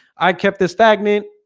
i kept this stagnant,